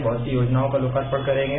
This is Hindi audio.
बहुत सी योजनाओं का लोकार्पण करेंगे